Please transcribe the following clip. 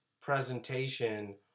presentation